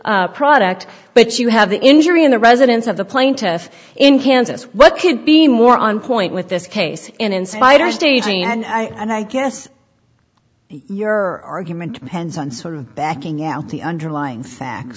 product but you have the injury in the residence of the plaintiff in kansas what could be more on point with this case and in spite of staging and i guess your argument depends on sort of backing out the underlying facts